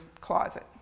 closet